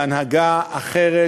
בהנהגה אחרת,